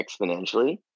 exponentially